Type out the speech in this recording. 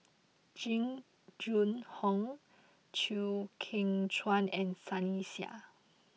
Jing Jun Hong Chew Kheng Chuan and Sunny Sia